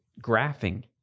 graphing